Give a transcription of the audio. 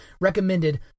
recommended